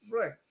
right